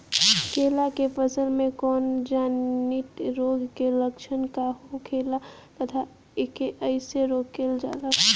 केला के फसल में कवक जनित रोग के लक्षण का होखेला तथा एके कइसे रोकल जाला?